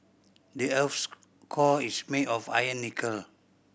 the earth's core is made of iron nickel